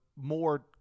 more